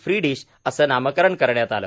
फ्रिडीश असं नामकरण करण्यात आलं